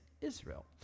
Israel